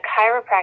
chiropractor